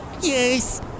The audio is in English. Yes